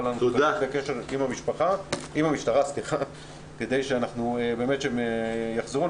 אנחנו בקשר עם המשטרה כדי שהם יחזרו.